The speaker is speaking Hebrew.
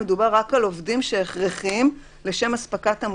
מדובר על כ-2,400 מפעלים בתחומים תשתיתיים